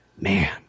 man